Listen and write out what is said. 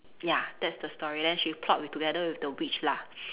ya that's the story then she plot with together with the witch lah